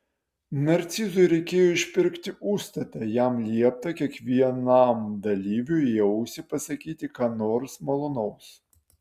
narcizui reikėjo išpirkti užstatą jam liepta kiekvienam dalyviui į ausį pasakyti ką nors malonaus